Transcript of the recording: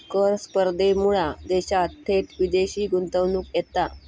कर स्पर्धेमुळा देशात थेट विदेशी गुंतवणूक येता